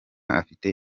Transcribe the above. afite